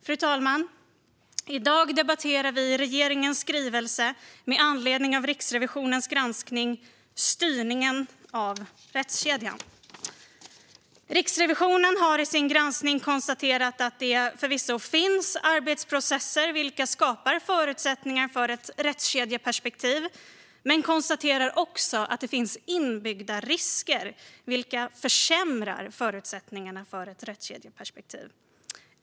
Fru talman! I dag debatterar vi regeringens skrivelse med anledning av Riksrevisionens granskningsrapport Styrningen av rättskedjan . Riksrevisionen konstaterar i sin granskning att det förvisso finns arbetsprocesser vilka skapar förutsättningar för ett rättskedjeperspektiv men konstaterar också att det finns inbyggda risker vilka försämrar förutsättningarna för ett rättskedjeperspektiv.